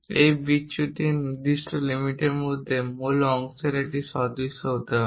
এটি বিচ্যুতি র নির্দিষ্ট লিমিটর মধ্যে মূল অংশের একটি সদৃশ হতে হবে